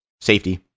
safety